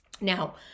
Now